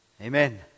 Amen